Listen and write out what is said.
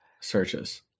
searches